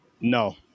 No